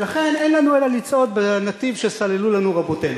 ולכן, אין לנו אלא לצעוד בנתיב שסללו לנו רבותינו.